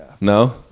No